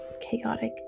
chaotic